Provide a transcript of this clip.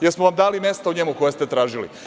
Jel smo vam dali mesta u njemu koja ste tražili?